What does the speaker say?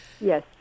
Yes